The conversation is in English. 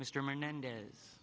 mr menendez